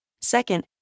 Second